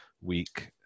week